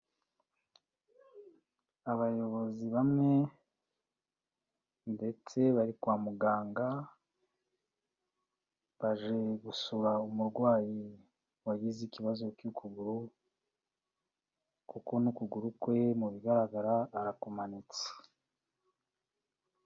Abayobozi bamwe ndetse bari kwa muganga, baje gusura umurwayi wagize ikibazo cy'ukuguru kuko n'ukuguru kwe mu bigaragara arakumanitse.